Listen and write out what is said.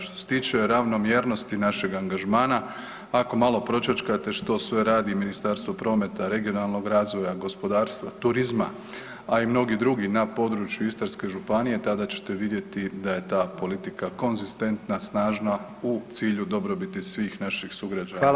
Što se tiče ravnomjernosti našega angažmana, ako malo pročačkate što sve radi Ministarstvo prometa, regionalnog razvoja, gospodarstva, turizma, a i mnogi drugi na području Istarske županije tada ćete vidjeti da je ta politika konzistentna, snažna u cilju dobrobiti svih naših sugrađana u Istri.